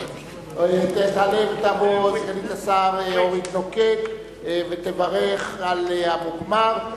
תעלה ותבוא סגנית השר אורית נוקד ותברך על המוגמר,